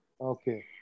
Okay